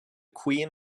queen